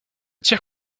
tir